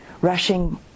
rushing